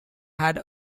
had